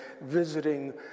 visiting